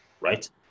Right